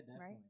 right